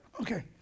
okay